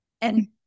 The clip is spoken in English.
And-